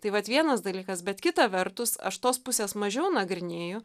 tai vat vienas dalykas bet kita vertus aš tos pusės mažiau nagrinėju